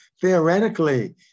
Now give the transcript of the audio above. theoretically